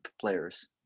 players